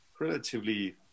relatively